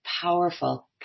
powerful